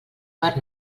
per